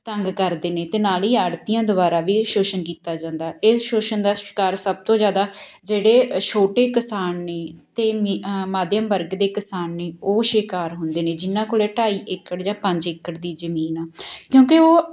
ਤੰਗ ਕਰਦੇ ਨੇ ਅਤੇ ਨਾਲ ਹੀ ਆੜਤੀਆਂ ਦੁਆਰਾ ਵੀ ਸ਼ੋਸ਼ਣ ਕੀਤਾ ਜਾਂਦਾ ਇਸ ਸ਼ੋਸ਼ਣ ਦਾ ਸ਼ਿਕਾਰ ਸਭ ਤੋਂ ਜ਼ਿਆਦਾ ਜਿਹੜੇ ਛੋਟੇ ਕਿਸਾਨ ਨੇ ਅਤੇ ਮੀ ਮਾਧਿਅਮ ਵਰਗ ਦੇ ਕਿਸਾਨ ਨੇ ਉਹ ਸ਼ਿਕਾਰ ਹੁੰਦੇ ਨੇ ਜਿਹਨਾਂ ਕੋਲ ਢਾਈ ਏਕੜ ਜਾਂ ਪੰਜ ਏਕੜ ਦੀ ਜ਼ਮੀਨ ਹੈ ਕਿਉਂਕਿ ਉਹ